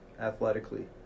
athletically